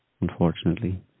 unfortunately